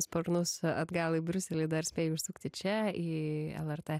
sparnus atgal į briuselį dar spėjai užsukti čia į lrt